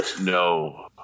no